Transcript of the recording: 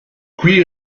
qui